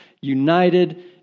united